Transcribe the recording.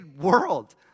world